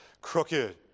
crooked